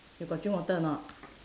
you got drink water or not